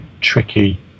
tricky